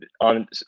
on